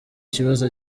kibazo